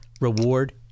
reward